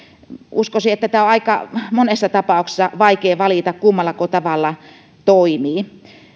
uskoisin että tämä on aika monessa tapauksessa vaikea valinta kummallako tavalla toimii